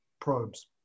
probes